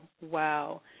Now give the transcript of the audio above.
Wow